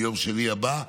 ביום שני הבא.